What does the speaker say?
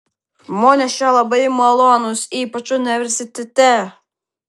žmonės čia labai malonūs ypač universitete